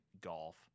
Golf